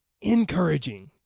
encouraging